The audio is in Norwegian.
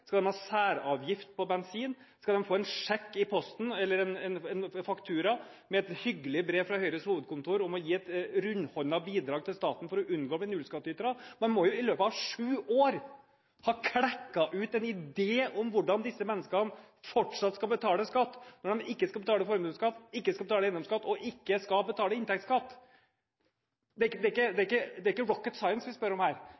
Skal de ha særavgifter på bensin? Skal de få en faktura i posten, med et hyggelig brev fra Høyres hovedkontor med forespørsel om å gi et rundhåndet bidrag til staten for å unngå å bli nullskattytere? De må jo i løpet av sju år ha klekket ut en idé om hvordan disse menneskene fortsatt skal betale skatt, når de ikke skal betale formuesskatt, eiendomsskatt og inntektsskatt. Det er ikke «rocket science» vi spør om her. Vi ber representanten Flåtten, eller eventuelt andre fra Høyre som har innsikt i skattepolitikk, om